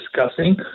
discussing